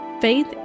faith